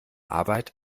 arbeit